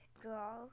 draw